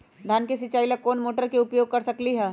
धान के सिचाई ला कोंन मोटर के उपयोग कर सकली ह?